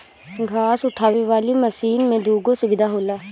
घास उठावे वाली मशीन में दूगो सुविधा होला